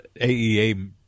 AEA